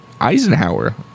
Eisenhower